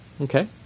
Okay